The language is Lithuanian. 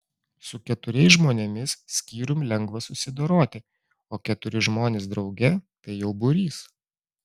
su keturiais žmonėmis skyrium lengva susidoroti o keturi žmonės drauge tai jau būrys